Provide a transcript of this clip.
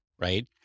right